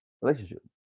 relationship